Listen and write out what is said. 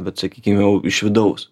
bet sakykim jau iš vidaus